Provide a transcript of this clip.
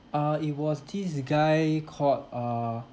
uh it was this guy called uh